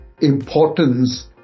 importance